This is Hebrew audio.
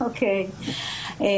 קודם כול,